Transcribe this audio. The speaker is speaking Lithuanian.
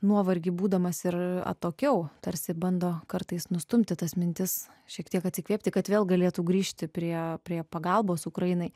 nuovargį būdamas ir atokiau tarsi bando kartais nustumti tas mintis šiek tiek atsikvėpti kad vėl galėtų grįžti prie prie pagalbos ukrainai